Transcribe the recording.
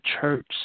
church